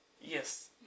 yes